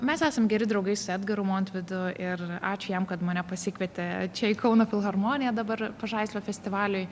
mes esam geri draugai su edgaru montvidu ir ačiū jam kad mane pasikvietė čia į kauno filharmoniją dabar pažaislio festivaliui